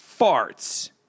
farts